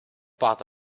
part